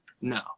No